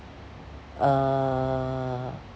a